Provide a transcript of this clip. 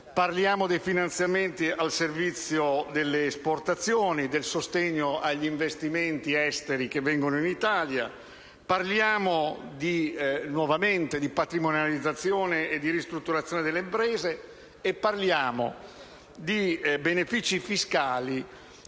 dei finanziamenti al servizio delle esportazioni, del sostegno agli investimenti esteri che vengono in Italia; parliamo, nuovamente, di patrimonializzazione e di ristrutturazione delle imprese e anche di benefici fiscali